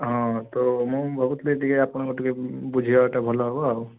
ହଁ ତ ମୁଁ ଭାବୁ ଥିଲି ଟିକିଏ ଆପଣଙ୍କଠୁ ଟିକିଏ ବୁଝିବାଟା ଭଲ ହବ